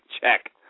check